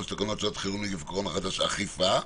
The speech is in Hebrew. של תקנות שעת חירום (נגיף הקורונה החדש אכיפה).